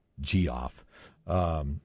G-off